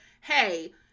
hey